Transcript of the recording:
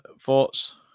thoughts